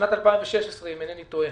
בשנת 2016, אם אינני טועה,